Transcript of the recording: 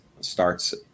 starts